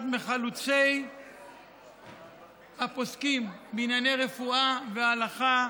אחד מחלוצי הפוסקים בענייני רפואה והלכה,